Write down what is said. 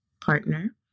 partner